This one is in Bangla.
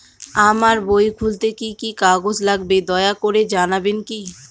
আমার বই খুলতে কি কি কাগজ লাগবে দয়া করে জানাবেন কি?